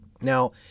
Now